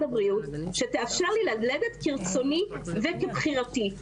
הבריאות שתאפשר לי ללדת כרצוני וכבחירתי.